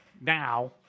now